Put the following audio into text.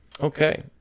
Okay